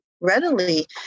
readily